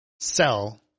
sell